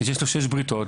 ויש לו שש בריתות,